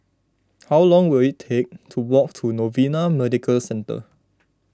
how long will it take to walk to Novena Medical Centre